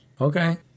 Okay